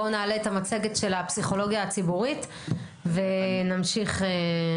בוא נעלה את המצגת של הפסיכולוגיה הציבורית ונמשיך משם.